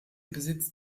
besitzt